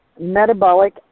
metabolic